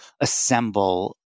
assemble